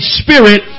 spirit